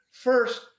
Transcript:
First